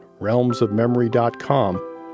realmsofmemory.com